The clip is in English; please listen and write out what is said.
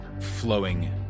flowing